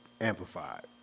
amplified